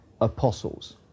apostles